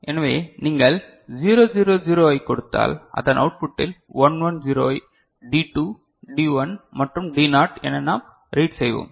எனவே நீங்கள் 0 0 0 ஐ கொடுத்தால் அதன் அவுட்புட்டில் 1 1 0 ஐ D2 D1 மற்றும் D நாட் என நாம் ரீட் செய்வோம்